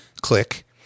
click